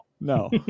No